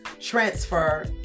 transfer